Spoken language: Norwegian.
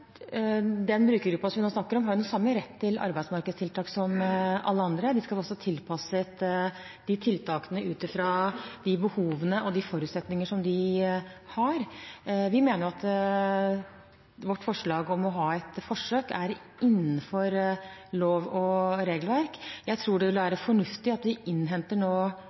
den brukergruppen som vi nå snakker om, har den samme rett til arbeidsmarkedstiltak som alle andre. De skal også få tilpasset tiltak ut fra de behov og de forutsetninger som de har. Vi mener at vårt forslag om å ha et forsøk er innenfor lov og regelverk. Jeg tror det vil være fornuftig at vi nå innhenter